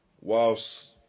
Whilst